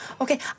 Okay